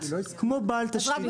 כמו בעל תשתית.